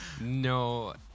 No